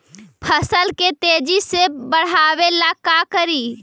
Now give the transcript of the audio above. फसल के तेजी से बढ़ाबे ला का करि?